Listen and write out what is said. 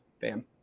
Bam